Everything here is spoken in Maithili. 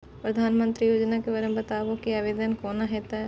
प्रधानमंत्री योजना के बारे मे बताबु की आवेदन कोना हेतै?